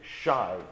shy